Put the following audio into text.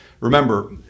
Remember